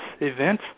event